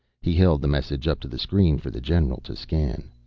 he held the message up to the screen for the general to scan.